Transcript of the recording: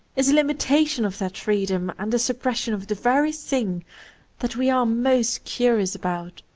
is a limitation of that freedom and a suppression of the very thing that we are most curious about.